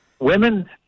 Women